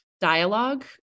dialogue